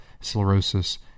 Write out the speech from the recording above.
Sclerosis